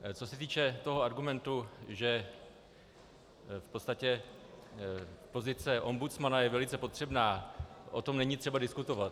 Co se týče toho argumentu, že v podstatě pozice ombudsmana je velice potřebná, o tom není třeba diskutovat.